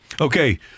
Okay